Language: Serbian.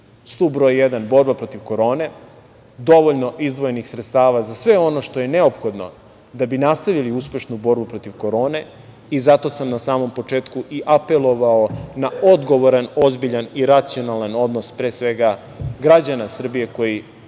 stub broj jedan - borba protiv korone, dovoljno izdvojenih sredstava za sve ono što je neophodno da bi nastavili uspešnu borbu protiv korone i zato sam na samom početku i apelovao na odgovoran, ozbiljan i racionalan odnos pre svega građana Srbije koji